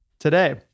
Today